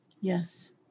Yes